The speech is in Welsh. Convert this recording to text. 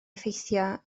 effeithio